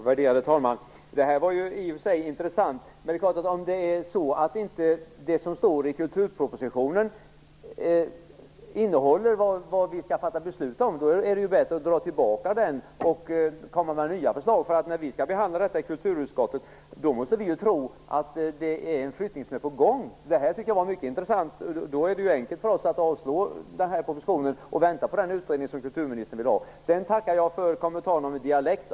Värderade talman! Det här var i och för sig intressant, men om det som står i kulturpropositionen inte innehåller det som vi skall fatta beslut om, är det bättre att dra tillbaka den och komma med nya förslag. När vi skall behandla detta i kulturutskottet måste vi ju tro att det är en flyttning på gång. Det sagda var mycket intressant och gör det enkelt för oss. Vi kan avslå propositionen och vänta på den utredning som kulturministern vill ha. Jag tackar också för kommentaren om min dialekt.